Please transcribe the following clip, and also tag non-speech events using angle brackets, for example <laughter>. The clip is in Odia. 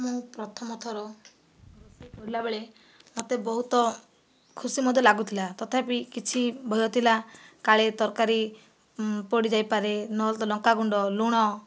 ମୁଁ ପ୍ରଥମ ଥର <unintelligible> କଲାବେଳେ ମୋତେ ବହୁତ ଖୁସି ମୋତେ ଲାଗୁଥିଲା ତଥାପି କିଛି ଭୟ ଥିଲା କାଳେ ତରକାରୀ ପୋଡ଼ିଯାଇପାରେ ନହେଲେ ତ ଲଙ୍କାଗୁଣ୍ଡ ଲୁଣ